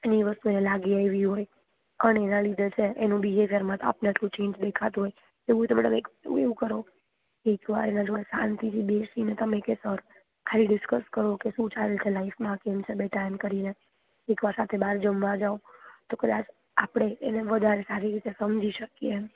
એને વસ્તુને લાગે આવી હોય અન એના લીધે બિહેરવિયરમાં આપને અટલું ચેન્જ દેખાતું હોય એવું હોય તો એક એવું કરો એક વાર એની જોડે શાંતિથી બેસીને તમે કેસોર થાય ડિસક્સ કરો કે શું ચાલે છે લાઈફમાં કે કેમ છે બેટા એમ કરીને એકવાર સાથે બાર જમવા જાવ તો કદાચ આપણે એને વધારે સારી રીતે સમજી શકીએ